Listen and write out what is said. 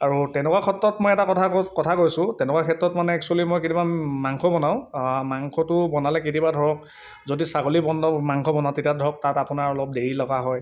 আৰু তেনেকুৱা ক্ষেত্ৰত মই এটা কথা কথা কৈছোঁ তেনেকুৱা ক্ষেত্ৰত মানে এক্সুৱেলি মই কেতিয়াবা মাংস বনাওঁ মাংসটো বনালে কেতিয়াবা ধৰক যদি ছাগলী বন্ধ মাংস বনাওঁ তেতিয়া ধৰক তাত আপোনাৰ অলপ দেৰি লগা হয়